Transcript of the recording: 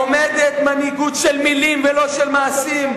עומדת מנהיגות של מלים ולא של מעשים.